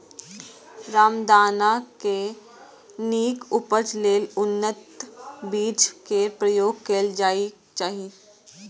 रामदाना के नीक उपज लेल उन्नत बीज केर प्रयोग कैल जेबाक चाही